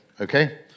okay